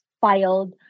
filed